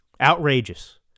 Outrageous